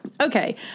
Okay